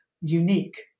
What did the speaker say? unique